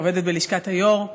שעובדת בלשכת היו"ר,